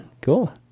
cool